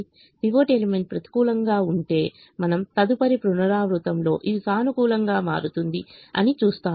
pivot element ప్రతికూలంగా ఉంటే మనము తదుపరి పునరావృతంలో ఇది సానుకూలంగా మారుతుంది అని చూస్తాము